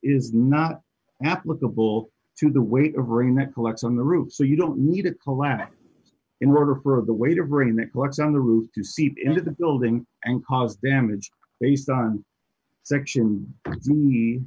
is not applicable to the weight of rain that collects on the roof so you don't need it collapse in order for the weight of rain that was on the roof to seep into the building and cause damage based on section